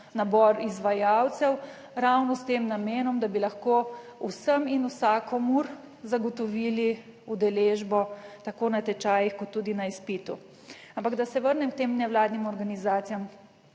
nabor izvajalcev ravno s tem namenom, da bi lahko vsem in vsakomur zagotovili udeležbo tako na tečajih kot tudi na izpitu. Ampak da se vrnem k tem nevladnim organizacijam,